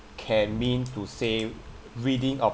can mean to say reading ab~